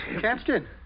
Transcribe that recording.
Captain